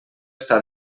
està